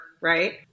right